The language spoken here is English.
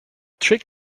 trick